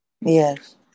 Yes